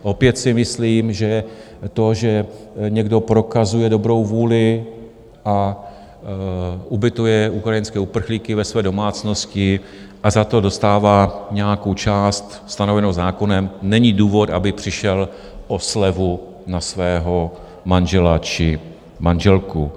Opět si myslím, že to, že někdo prokazuje dobrou vůli, ubytuje ukrajinské uprchlíky ve své domácnosti a za to dostává nějakou část stanovenou zákonem, není důvod, aby přišel o slevu na svého manžela či manželku.